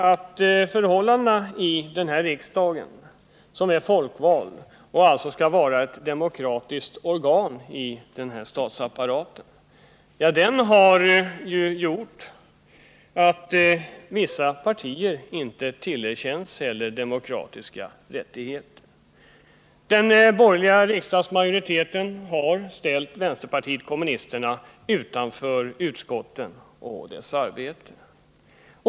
Men förhållandena i denna riksdag, som är folkvald och alltså skall vara ett demokratiskt organ inom statsapparaten, har medfört att vissa partier inte tillerkänns demokratiska rättigheter. Den borgerliga riksdagsmajoriteten har ställt vänsterpartiet kommunisterna utanför utskotten och deras arbete.